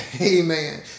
Amen